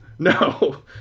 No